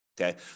Okay